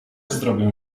zrobię